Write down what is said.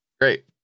Great